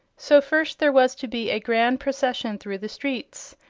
so first there was to be a grand procession through the streets,